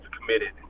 committed